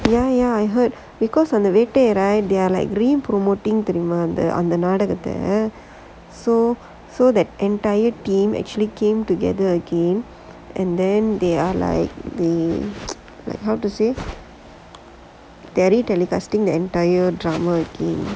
ya ya I heard because அந்த வேட்டை:antha vettai they are like green promoting the demand on the தெரியுமா அந்த நாடகத்த:theriyumaa antha naadakatha so so the entire team actually came together again and then they are like like how to say very telecasting the entire drama